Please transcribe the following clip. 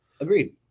Agreed